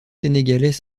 sénégalais